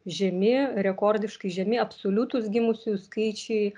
žemi rekordiškai žemi absoliutūs gimusiųjų skaičiai